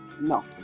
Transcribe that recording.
No